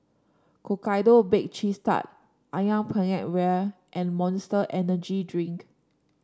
Hokkaido Bake Cheese Tart ayam Penyet Ria and Monster Energy Drink